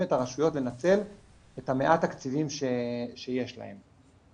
את הרשויות לנצל את מעט התקציבים שיש להם.